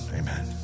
amen